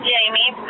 Jamie